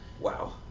wow